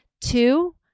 Two